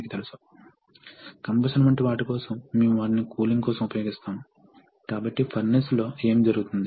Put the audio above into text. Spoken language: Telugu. మీరు చాలా అధిక ప్రెషర్ ని మార్చాలనుకుంటేఅనగా 600 700 800 1000 PSI అప్పుడు మీరు దీన్ని బహుళ దశల్లో చేయవలసి ఉంటుంది కాబట్టి కంప్రెసర్ వివిధ దశలను కలిగి ఉంటుంది